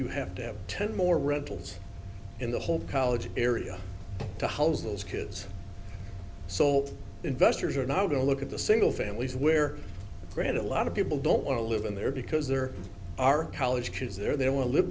you have to have ten more rentals in the whole college area to house those kids so investors are now going to look at the single families where grand a lot of people don't want to live in there because there are college kids there they want to live